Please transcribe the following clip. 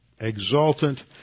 exultant